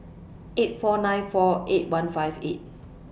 eight four nine four eight one five eight